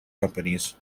companies